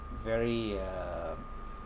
very um